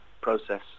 process